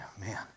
Man